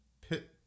pit